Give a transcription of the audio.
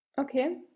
okay